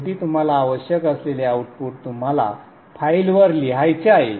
शेवटी तुम्हाला आवश्यक असलेले आउटपुट तुम्हाला फाइलवर लिहायचे आहे